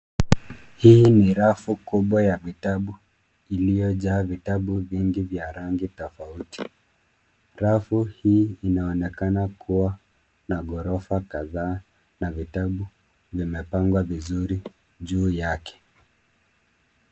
Hii ni rafu kubwa ya vitabu iliyojaa vitabu vingi vya rangi tofauti. Rafu hii inaonekana kuwa na ghorofa kadhaa na vitabu vimepangwa vizuri juu yake.